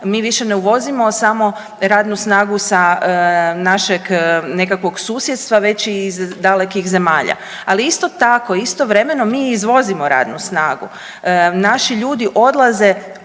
mi više ne uvozimo samo radnu snagu sa našeg nekakvog susjedstva već i iz dalekih zemalja. Ali isto tako, istovremeno mi izvozimo radnu snagu. Naši ljudi odlaze